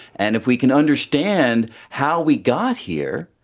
and if we can understand how we got here,